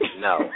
No